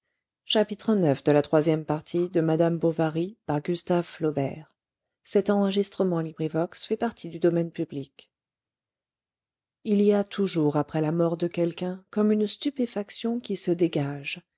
il y a toujours après la mort de quelqu'un comme une stupéfaction qui se dégage